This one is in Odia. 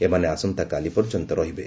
ଏମାନେ ଆସନ୍ତାକାଲି ପର୍ଯ୍ୟନ୍ତ ରହିବେ